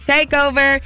Takeover